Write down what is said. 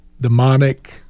demonic